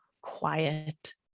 quiet